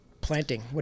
planting